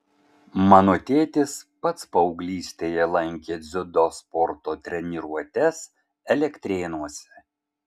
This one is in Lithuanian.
mano tėtis pats paauglystėje lankė dziudo sporto treniruotes elektrėnuose